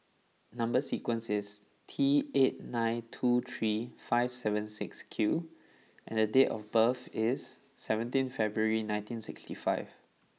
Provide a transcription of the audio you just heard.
number sequence is T eight nine two three five seven six Q and date of birth is seventeen February nineteen sixty five